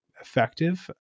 effective